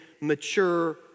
mature